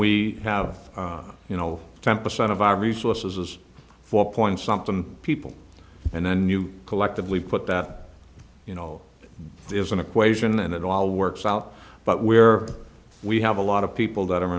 we have you know ten percent of our resources is four point something people and then you collectively put that you know is an equation and it all works out but where we have a lot of people that are